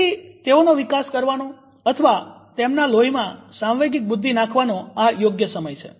તેથી તેઓનો વિકાસ કરવાનો અથવા તેમના લોહીમાં સાંવેગિક બુદ્ધિ નાખવાનો આ યોગ્ય સમય છે